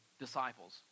disciples